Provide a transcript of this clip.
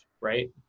right